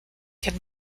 can